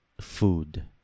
food